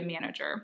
manager